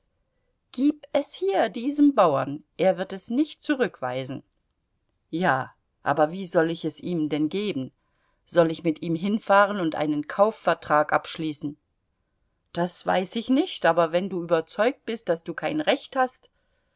gib es hier diesem bauern er wird es nicht zurückweisen ja aber wie soll ich es ihm denn geben soll ich mit ihm hinfahren und einen kaufvertrag abschließen das weiß ich nicht aber wenn du überzeugt bist daß du kein recht hast